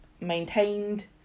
maintained